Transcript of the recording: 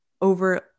over